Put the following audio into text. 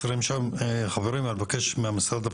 תמשיך להיות גם אחרי הקמת הכנסת